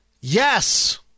yes